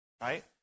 right